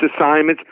assignments